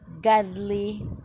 godly